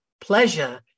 pleasure